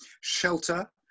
shelter